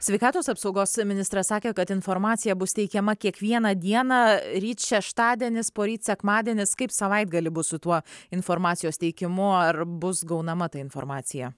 sveikatos apsaugos ministras sakė kad informacija bus teikiama kiekvieną dieną ryt šeštadienis poryt sekmadienis kaip savaitgalį bus su tuo informacijos teikimu ar bus gaunama ta informacija